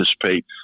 participate